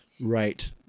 right